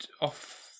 off